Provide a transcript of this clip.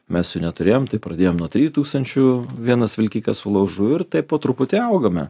mes jų neturėjom tai pradėjom nuo trijų tūkstančių vienas vilkikas su laužu ir taip po truputį augome